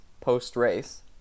post-race